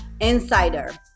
insider